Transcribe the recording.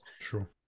Sure